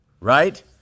right